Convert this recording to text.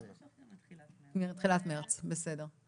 תחילת מרץ, בסדר.